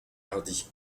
hardis